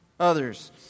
others